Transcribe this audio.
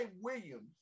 Williams